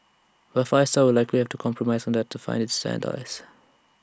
but five star would likely have to compromise on that to find its sand dies